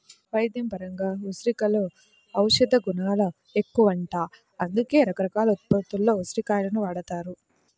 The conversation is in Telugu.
వైద్యపరంగా ఉసిరికలో ఔషధగుణాలెక్కువంట, అందుకే రకరకాల ఉత్పత్తుల్లో ఉసిరి కాయలను వాడతారు